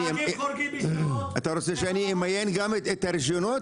ונהגים --- אתה רוצה שאני אמיין גם את הרישיונות,